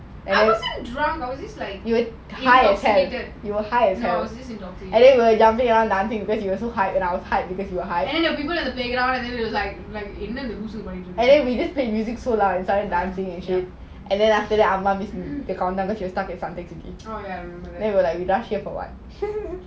I wasn't drunk and then the people at the playground was like oh ya I remember